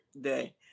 day